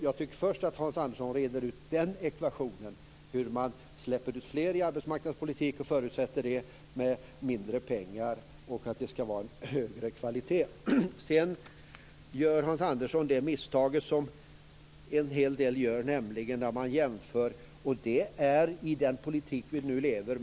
Jag tycker att Hans Andersson först ska reda ut ekvationen hur man kan släppa ut fler i arbetsmarknadsutbildning med förutsättningen mindre pengar och högre kvalitet. Sedan gör Hans Andersson samma misstag som en hel del gör, nämligen att göra jämförelser med den politik som vi nu lever med.